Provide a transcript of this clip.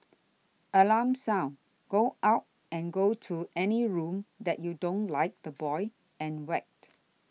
alarm sound go out and go to any room that you don't like the boy and whacked